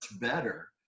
better